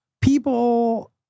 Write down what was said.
People